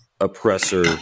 oppressor